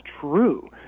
true